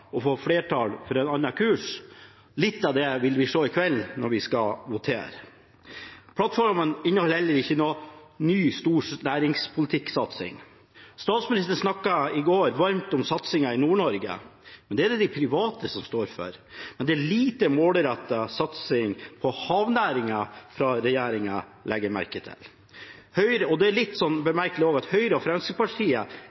å få flertall for en annen kurs. Litt av det vil vi se i kveld når vi skal votere. Plattformen inneholder heller ingen ny, stor næringspolitikksatsing. Statsministeren snakket i går varmt om satsingen i Nord-Norge, men det er det de private som står for. Det er lite målrettet satsing på havnæringen fra regjeringen, legger jeg merke til, og det er litt